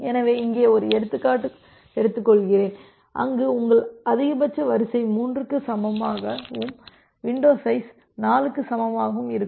எனவே இங்கே நான் ஒரு எடுத்துக்காட்டு எடுத்துக் கொள்கிறேன் அங்கு உங்கள் அதிகபட்ச வரிசை 3 க்கு சமமாகவும் வின்டோ சைஸ் 4க்கு சமமாகவும் இருக்கும்